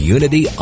Unity